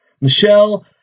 Michelle